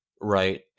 Right